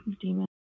demon